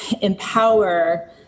empower